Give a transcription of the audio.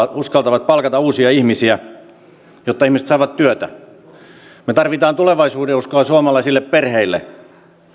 he uskaltavat palkata uusia ihmisiä jotta ihmiset saavat työtä me tarvitsemme tulevaisuudenuskoa suomalaisille perheille